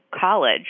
college